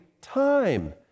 time